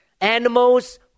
Animals